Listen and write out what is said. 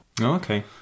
Okay